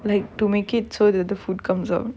like to make it so little food comes out